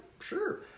sure